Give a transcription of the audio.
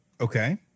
Okay